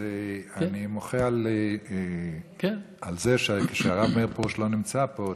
אז אני מוחה על זה שכשהרב מאיר פרוש לא נמצא פה,